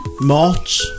March